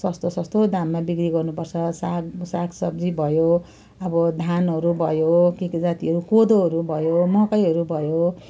सस्तो सस्तो दाममा बिक्री गर्नुपर्छ साग सागसब्जी भयो अब धानहरू भयो के के जातिहरू कोदोहरू भयो मकैहरू भयो